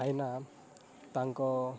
ଭାଇନା ତାଙ୍କ